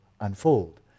unfold